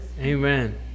Amen